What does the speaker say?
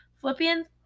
Philippians